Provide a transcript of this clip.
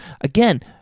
again